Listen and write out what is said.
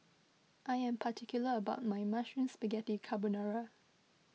I am particular about my Mushroom Spaghetti Carbonara